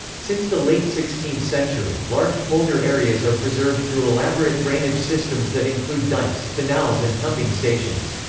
since the late sixteenth century, large polder areas are preserved through elaborate drainage systems that include dikes, canals and pumping stations.